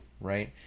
right